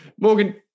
Morgan